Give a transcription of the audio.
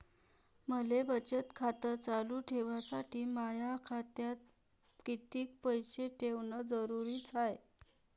मले बचत खातं चालू ठेवासाठी माया खात्यात कितीक पैसे ठेवण जरुरीच हाय?